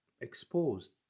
exposed